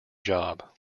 job